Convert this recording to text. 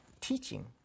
teaching